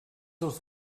els